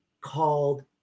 called